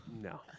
no